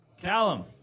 Callum